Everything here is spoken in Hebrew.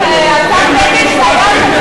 השר בגין,